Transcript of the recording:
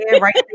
right